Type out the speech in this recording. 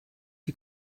die